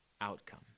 outcome